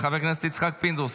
חבר הכנסת יצחק פינדרוס,